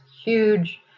huge